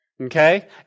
Okay